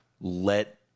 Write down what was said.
Let